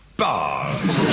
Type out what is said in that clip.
bars